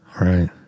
Right